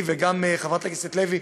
היא וגם חברת הכנסת לוי,